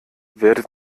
werdet